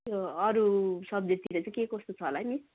त्यो अरू सब्जेक्टतिर चाहिँ के कस्तो छ होला है मिस